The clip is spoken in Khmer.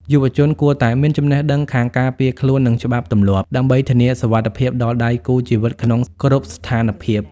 យុវជនគួរតែ "មានចំណេះដឹងខាងការពារខ្លួន និងច្បាប់ទម្លាប់" ដើម្បីធានាសុវត្ថិភាពដល់ដៃគូជីវិតក្នុងគ្រប់ស្ថានភាព។